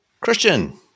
Christian